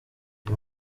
uyu